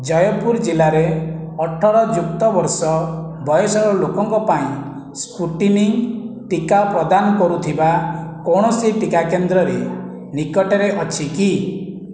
ଜୟପୁର ଜିଲ୍ଲାରେ ଅଠର ଯୁକ୍ତ ବର୍ଷ ବୟସର ଲୋକଙ୍କ ପାଇଁ ସ୍ପୁଟନିକ୍ ଟିକା ପ୍ରଦାନ କରୁଥିବା କୌଣସି ଟିକା କେନ୍ଦ୍ର ନିକଟରେ ଅଛି କି